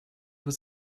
was